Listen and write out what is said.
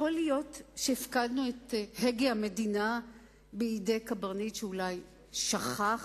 יכול להיות שהפקדנו את הגה המדינה בידי קברניט שאולי שכח,